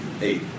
Eight